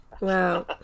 Wow